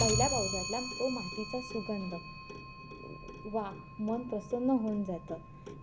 पहिल्या पावसातला तो मातीचा सुगंध वा मन प्रसन्न होऊन जातं